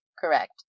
Correct